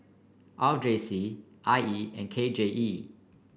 R J C I E and K J E